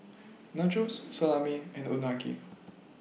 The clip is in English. Nachos Salami and Unagi